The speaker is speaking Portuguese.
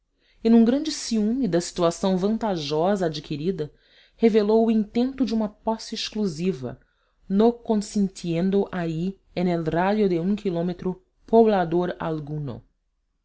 e num grande ciúme da situação vantajosa adquirida revelou o intento de uma posse exclusiva no consentiendo alli en el radio de un quilómetro poblador alguno